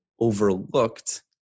overlooked